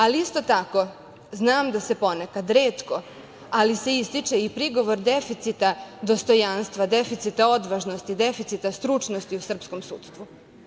Ali, isto tako, znam da se ponekad, retko, ali se ističe i prigovor deficita dostojanstva, deficita odvažnosti, deficita stručnosti u srpskom sudstvu.